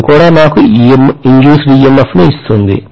అది కూడా నాకు induced EMF ని ఇస్తుంది